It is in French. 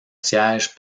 siège